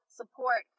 support